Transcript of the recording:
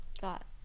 got